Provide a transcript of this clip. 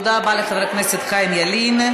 תודה רבה לחבר הכנסת חיים ילין.